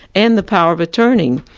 and the power of attorney.